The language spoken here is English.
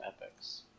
epics